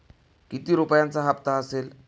किती रुपयांचा हप्ता असेल?